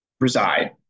reside